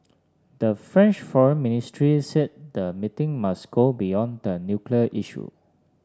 the French foreign ministry said the meeting must go beyond the nuclear issue